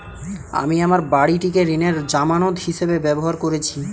আমি আমার বাড়িটিকে ঋণের জামানত হিসাবে ব্যবহার করেছি